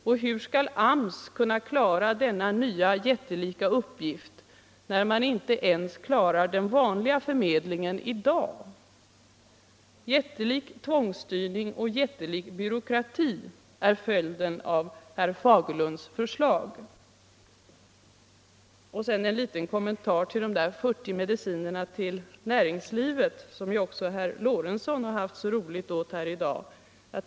Och hur skall AMS kunna klara denna nya jättelika uppgift, när man inte ens klarar den vanliga förmedlingen i dag? Jättelik tvångsstyrning och jättelik byråkrati är följden av herr Fagerlunds förslag. : Sedan en liten kommentar till de 40 medicinerna till näringslivet, som ju också herr Lorentzon har haft så roligt åt här i dag.